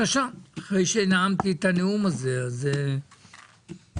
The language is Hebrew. אחרי שנאמתי את הנאום הזה, בבקשה, תתייחסי.